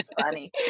funny